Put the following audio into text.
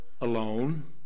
alone